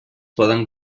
poden